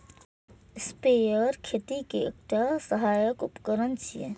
sprayer खेती के एकटा सहायक उपकरण छियै